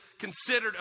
considered